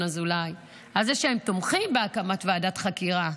אזולאי, על זה שהם תומכים בהקמת ועדת חקירה.